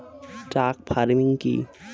Truck farming কি?